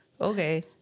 okay